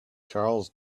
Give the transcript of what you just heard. charles